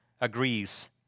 agrees